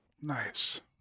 Nice